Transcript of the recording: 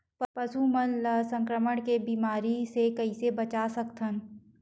पशु मन ला संक्रमण के बीमारी से कइसे बचा सकथन?